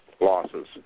losses